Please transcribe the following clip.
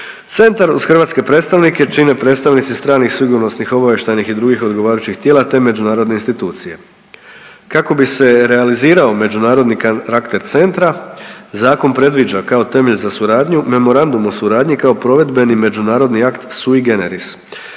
Centar uz hrvatske predstavnike čine predstavnici stranih sigurnosnih, obavještajnih i drugih odgovarajućih tijela te međunarodne institucije. Kako bi se realizirao međunarodni karakter centra, zakon predviđa kao temelj za suradnju Memorandum o suradnji kao provedbeni međunarodni akte sui generis.